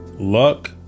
luck